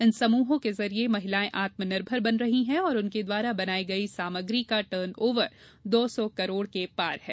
इन समूहों के जरिये महिलाएं आत्मनिर्भर बन रही है और उनके द्वारा बनायी गयी सामग्री का टर्न ओवर दौ सौ करोड़ के पार है